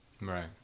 Right